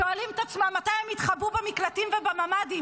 שואלים את עצמם מתי הם יתחבאו במקלטים ובממ"דים.